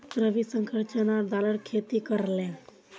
रविशंकर चना दालेर खेती करले